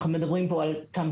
אנחנו מדברים פה על טמפונים,